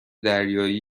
دریایی